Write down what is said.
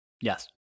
Yes